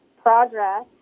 Progress